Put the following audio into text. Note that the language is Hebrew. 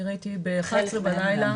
אני ראיתי ב-11 בלילה,